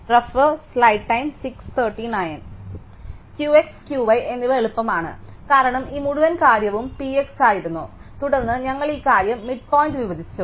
Q x Q y എന്നിവ എളുപ്പമാണ് കാരണം ഈ മുഴുവൻ കാര്യവും P x ആയിരുന്നു തുടർന്ന് ഞങ്ങൾ ഈ കാര്യം മിഡ് പോയിന്റ് വിഭജിച്ചു